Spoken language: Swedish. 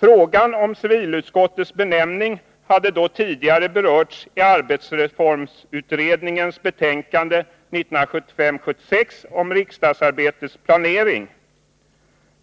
Frågan om civilutskottets benämning hade då tidigare berörts i arbetsformsutredningens betänkande 1975/76 om riksdagsarbetets planering.